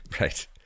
Right